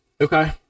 Okay